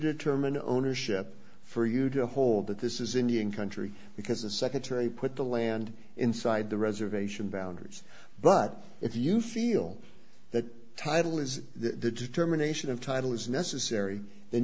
determine ownership for you to hold that this is indian country because the secretary put the land inside the reservation boundaries but if you feel that title is the determination of title is necessary then